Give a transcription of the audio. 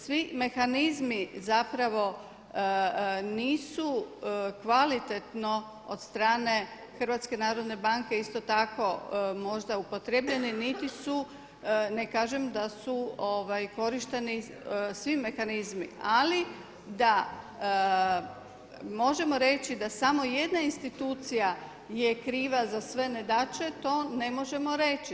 Svi mehanizmi nisu kvalitetno od strane HNB-a isto tako možda upotrijebljeni niti su, ne kažem da su korišteni svi mehanizmi ali da možemo reći da smo jedna institucija je kriva za sve nedaće, to ne možemo reći.